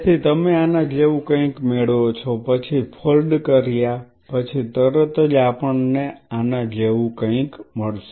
તેથી તમે આના જેવું કંઈક મેળવો છો પછી ફોલ્ડ કર્યા પછી તરત જ આપણને આના જેવું કંઈક મળશે